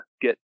get